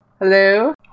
hello